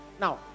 now